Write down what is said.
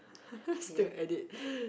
still at it